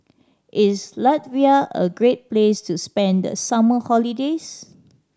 is Latvia a great place to spend the summer holidays